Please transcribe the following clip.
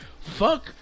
fuck